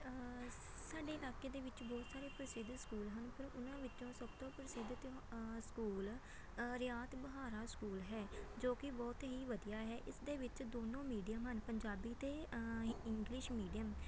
ਸਾਡੇ ਇਲਾਕੇ ਦੇ ਵਿੱਚ ਬਹੁਤ ਸਾਰੇ ਪ੍ਰਸਿੱਧ ਸਕੂਲ ਹਨ ਪਰ ਉਹਨਾਂ ਵਿੱਚੋਂ ਸਭ ਤੋਂ ਪ੍ਰਸਿੱਧ ਤਿਓ ਸਕੂਲ ਰਿਆਤ ਬਹਾਰਾ ਸਕੂਲ ਹੈ ਜੋ ਕਿ ਬਹੁਤ ਹੀ ਵਧੀਆ ਹੈ ਇਸਦੇ ਵਿੱਚ ਦੋਨੋਂ ਮੀਡੀਅਮ ਹਨ ਪੰਜਾਬੀ ਅਤੇ ਇੰਗਲਿਸ਼ ਮੀਡੀਅਮ